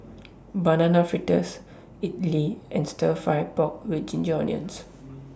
Banana Fritters Idly and Stir Fry Pork with Ginger Onions